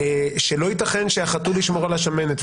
שלא ייתכן שהחתול ישמור על השמנת,